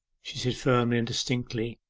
she said firmly and distinctly,